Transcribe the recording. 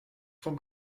from